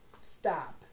stop